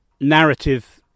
narrative